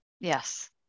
Yes